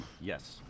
Yes